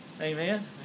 Amen